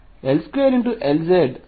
L2 Lz 0